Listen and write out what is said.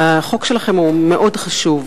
החוק שלכם מאוד חשוב,